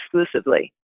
exclusively